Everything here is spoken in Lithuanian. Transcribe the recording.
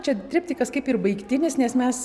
čia triptikas kaip ir baigtinis nes mes